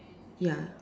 ya